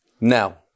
Now